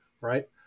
right